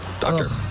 Doctor